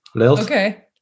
Okay